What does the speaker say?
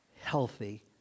healthy